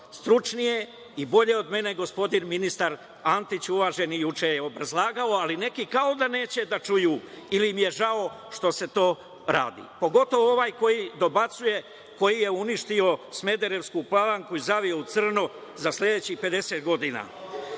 Stručnije i bolje od mene, gospodin uvaženi ministar Antić juče je obrazlagao, ali neki kao da neće da čuju, ili im je žao što se to radi, pogotovo ovaj koji dobacuje, koji je uništio Smederevsku Palanku i zavio u crno za sledećih 50 godina. Pre